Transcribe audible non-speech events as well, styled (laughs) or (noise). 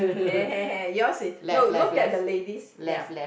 (laughs) yours is no look at the ladies ya